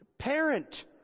Parent